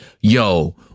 yo